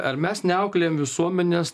ar mes neauklėjam visuomenės